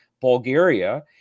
Bulgaria